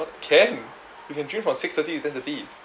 can you can drink from six-thirty to ten-thirty